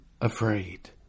afraid